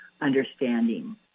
understanding